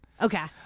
Okay